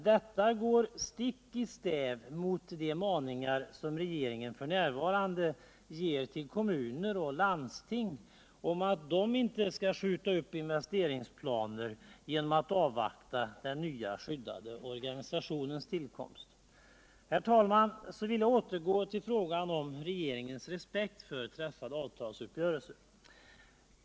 Detta går stick i stäv mot de maningar som regeringen f. n. riktar till kommuner och landsting om att de inte skall skjuta upp investeringsplaner genom att avvakta den nya skyddade organisationens tillkomst. Herr talman! Så vill jag återgå till frågan om regeringens respekt för trälfade avtalsuppgörelser.